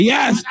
Yes